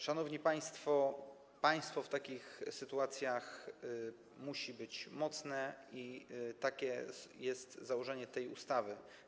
Szanowni państwo, państwo w takich sytuacjach musi być mocne i takie jest założenie tej ustawy.